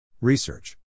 Research